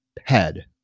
head